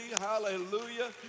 Hallelujah